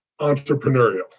entrepreneurial